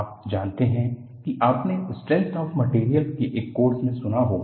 आप जानते हैं कि आपने स्ट्रेंथ ऑफ मटेरियल के एक कोर्स में सुना होगा